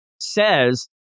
says